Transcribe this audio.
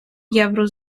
євро